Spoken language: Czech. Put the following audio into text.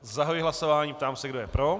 Zahajuji hlasování a ptám se, kdo je pro.